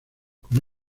con